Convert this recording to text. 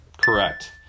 correct